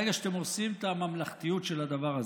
ברגע שאתם הורסים את הממלכתיות של הדבר הזה,